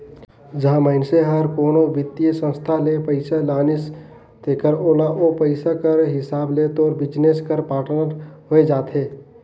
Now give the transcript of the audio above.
जहां मइनसे हर कोनो बित्तीय संस्था ले पइसा लानिस तेकर ओला ओ पइसा कर हिसाब ले तोर बिजनेस कर पाटनर होए जाथे